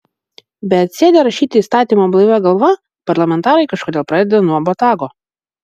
bet sėdę rašyti įstatymo blaivia galva parlamentarai kažkodėl pradeda nuo botago